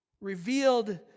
Revealed